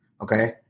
Okay